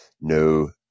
No